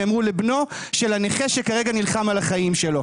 שנאמרו לבנו של הנכה שכרגע נלחמתי על החיים שלו.